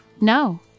No